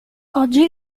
oggi